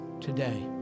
today